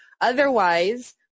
Otherwise